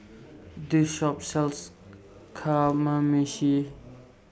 This Shop sells Kamameshi